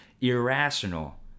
irrational